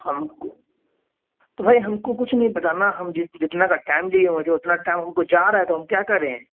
ہم کو تو بھائی ہم کو کچھ نہیں پتا نا ہم جت جتنا کا ٹائم لیے مجھے اتنا ٹائم ہم کو چاہ رہا ہے تو ہم کیا کریں